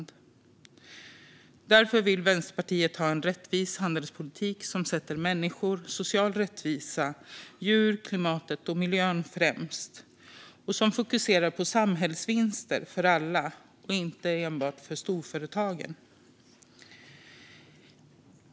Därför vill Vänsterpartiet ha en rättvis handelspolitik som sätter människor, social rättvisa, djur, klimat och miljö främst och som fokuserar på samhällsvinster för alla, inte enbart för storföretagen.